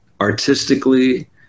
artistically